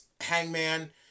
Hangman